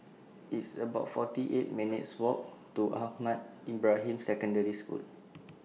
It's about forty eight minutes' Walk to Ahmad Ibrahim Secondary School